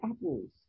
apples